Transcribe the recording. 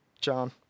John